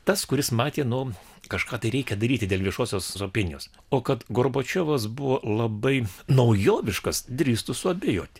tas kuris matė nu kažką tai reikia daryti dėl viešosios opinijos o kad gorbačiovas buvo labai naujoviškas drįstu suabejoti